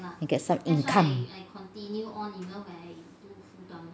and get some income